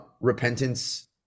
Repentance